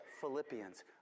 Philippians